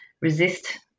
resist